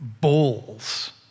bowls